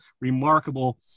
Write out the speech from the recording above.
remarkable